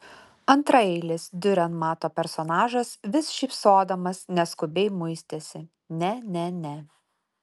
antraeilis diurenmato personažas vis šypsodamas neskubiai muistėsi ne ne ne